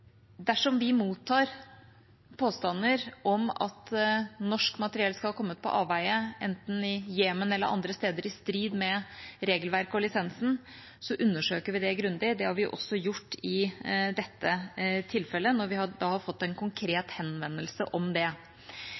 dersom vi mottar påstander om at norsk materiell skal ha kommet på avveier, enten i Jemen eller andre steder, i strid med regelverket og lisensen, undersøker vi det grundig. Det har vi gjort i dette tilfellet, etter at vi fikk en konkret henvendelse om det.